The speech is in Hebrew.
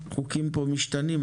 חוקים פה משתנים,